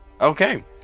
Okay